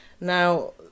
Now